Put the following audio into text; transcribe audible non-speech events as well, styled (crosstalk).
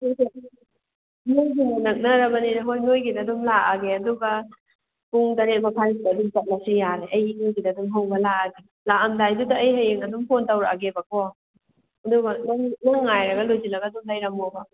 (unintelligible) ꯅꯣꯏꯅ ꯅꯛꯅꯔꯕꯅꯤꯅ ꯍꯣꯏ ꯅꯣꯏꯒꯤꯗ ꯑꯗꯨꯝ ꯂꯥꯛꯑꯒꯦ ꯑꯗꯨꯒ ꯄꯨꯡ ꯇꯔꯦꯠ ꯃꯈꯥꯏꯁꯤꯗ ꯑꯗꯨꯝ ꯆꯠꯂꯁꯨ ꯌꯥꯔꯦ ꯑꯩ ꯅꯣꯏꯒꯤꯗ ꯑꯗꯨꯝ ꯍꯧꯕ ꯂꯥꯛꯑꯒꯦ ꯂꯥꯛꯑꯝꯗꯥꯏꯗꯨꯗ ꯑꯩ ꯍꯌꯦꯡ ꯑꯗꯨꯝ ꯐꯣꯟ ꯇꯧꯔꯛꯑꯒꯦꯕꯀꯣ ꯑꯗꯨꯒ ꯅꯪ ꯅꯪ ꯉꯥꯏꯔꯒ ꯂꯣꯏꯁꯤꯜꯂꯒ ꯑꯗꯨꯝ ꯂꯩꯔꯝꯃꯣꯕ